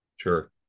Sure